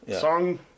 song